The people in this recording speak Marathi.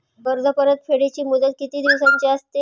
कर्ज परतफेडीची मुदत किती दिवसांची असते?